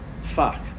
fuck